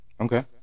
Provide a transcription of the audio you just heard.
okay